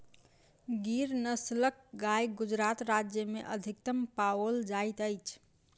गिर नस्लक गाय गुजरात राज्य में अधिकतम पाओल जाइत अछि